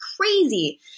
crazy